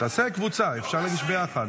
תעשה קבוצה, אפשר להגיש ביחד.